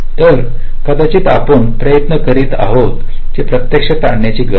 तर कदाचित आपण काही प्रयत्न करीत आहोत जे प्रत्यक्षात आणण्याची गरज नाही